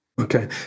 Okay